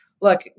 Look